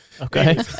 Okay